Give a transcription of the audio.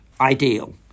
ideal